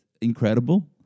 incredible